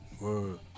Word